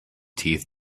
teeth